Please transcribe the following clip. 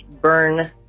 burn